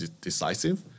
decisive